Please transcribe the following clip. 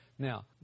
Now